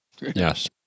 Yes